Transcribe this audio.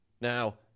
Now